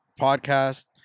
Podcast